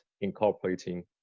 incorporating